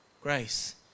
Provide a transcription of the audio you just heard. Grace